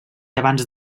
abans